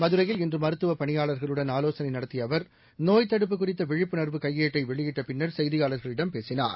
மதுரையில் இன்றமருத்துவப் பணியாளர்களுடன் ஆலோசனைநடத்தியஅவர் நோய்த் தடுப்பு குறித்தவிழிப்புணர்வு கையேட்டைவெளியிட்டபின்னர் செய்தியாளர்களிடம் பேசினார்